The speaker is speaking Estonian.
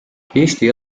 eesti